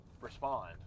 respond